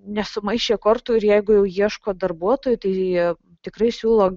nesumaišė kortų ir jeigu jau ieško darbuotojų tai tikrai siūlo